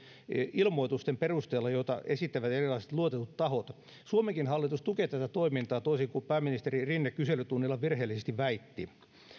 ilmoitusten perusteella joita esittävät erilaiset luotetut tahot suomenkin hallitus tukee tätä toimintaa toisin kuin pääministeri rinne kyselytunnilla virheellisesti väitti